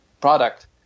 product